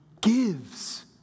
gives